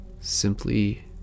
simply